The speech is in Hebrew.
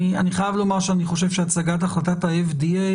אני חייב לומר שאני חושב שהצגת החלטת ה-FDA,